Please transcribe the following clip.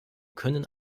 können